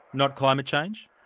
not climate change?